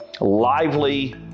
lively